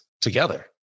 together